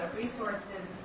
resources